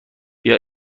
بیا